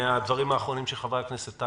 מן הדברים האחרונים של חברי הכנסת.